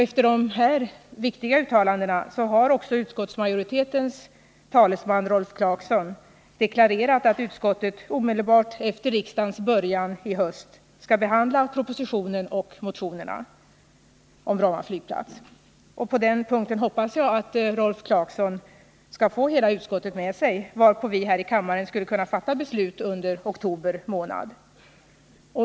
Efter dessa viktiga uttalanden har också utskottsmajoritetens talesman Rolf Clarkson deklarerat att utskottet omedelbart efter riksmötets början i höst skall behandla propositionen och motionerna om Bromma flygplats. Och på den punkten hoppas jag att Rolf Clarkson skall få hela utskottet med sig, varpå vi här i kammaren skulle kunna fatta beslut under oktober månad.